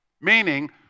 meaning